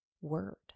word